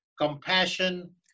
compassion